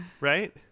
right